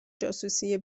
جاسوسی